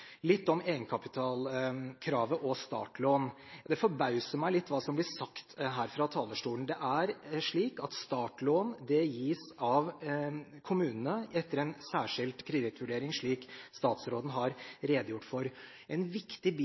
Litt om egenkapitalkravet og startlån: Det forbauser meg litt hva som blir sagt her fra talerstolen. Startlån gis av kommunene etter en særskilt kredittvurdering, slik statsråden har redegjort for. En viktig